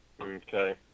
Okay